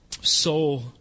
Soul